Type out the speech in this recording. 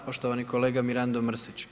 Poštovani kolega Mirando Mrsić.